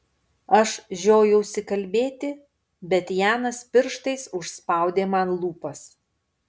aš žiojausi kalbėti bet janas pirštais užspaudė man lūpas